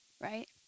Right